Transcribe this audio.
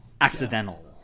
accidental